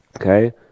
Okay